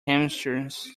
hamsters